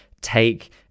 take